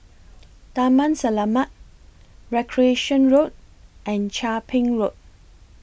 Taman Selamat Recreation Road and Chia Ping Road